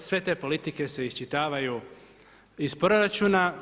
Sve te politike se isčitavaju iz proračuna.